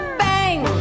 bang